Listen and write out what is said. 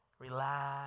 Relax